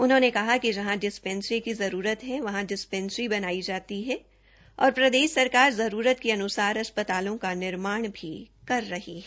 उन्होंने कहा कि जहां डिस्पेंसरी की जरूरत है वहां डिस्पेंसरी बनाई जाती है और प्रदेश सरकार जरूरत के अनुसार अस्पतालों का निर्माण भी कर रही है